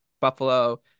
Buffalo